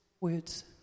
words